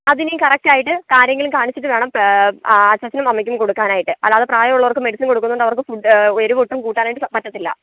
അതിനും കറക്ടായിട്ട് ആരെയെങ്കിലും കാണിച്ചിട്ട് വേണം ആ അച്ചാച്ചനും മമ്മിക്കും കൊടുക്കാനായിട്ട് അതായത് പ്രായമുള്ളവർക്ക് മെഡിസിൻ കൊടുക്കുന്നുണ്ട് അവർക്ക് ഫുഡ് എരിവൊട്ടും കൂട്ടാനായിട്ട് പറ്റത്തില്ല